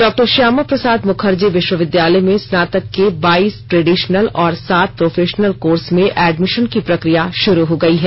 डॉ श्यामा प्रसाद मुखर्जी विश्वविद्यालय में स्नातक के बाईस ट्रेडिशनल और सात प्रोफेशनल कोर्स में एडमिशन की प्रक्रिया शुरू हो गई है